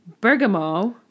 bergamot